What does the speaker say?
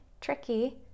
Tricky